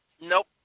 Nope